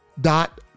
dot